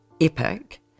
epic